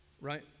Right